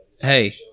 Hey